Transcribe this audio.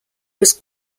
was